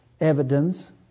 evidence